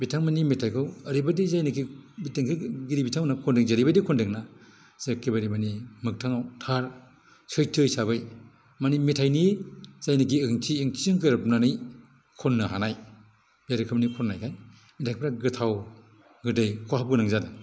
बिथांमोननि मेथाइखौ ओरैबायदि जायनाकि देंखोगिरि बिथांमोना खन्दों जेरैबायदि खन्दों नाजे एकेबारे माने मोगथाङाव थार सैथो हिसाबै माने मेथाइनि जायनाकि ओंथि ओंथिजों गोरोबनानै खननो हानाय बे रोखोमनि खननायजों बेनिफ्राय गोथाव गोदै खहाबगोनां जादों